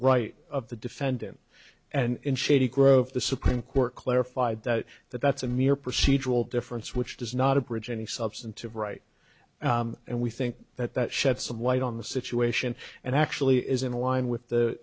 right of the defendant and shady grove the supreme court clarified that that's a mere procedural difference which does not abridge any substantive right and we think that that sheds some light on the situation and actually is in line with the